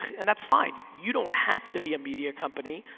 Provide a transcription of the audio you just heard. and that's fine, you don't have to be a media company,